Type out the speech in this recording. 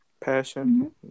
Passion